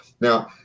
Now